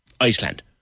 Iceland